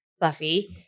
Buffy